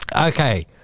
okay